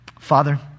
Father